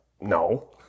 No